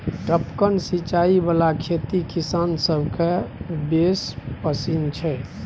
टपकन सिचाई बला खेती किसान सभकेँ बेस पसिन छै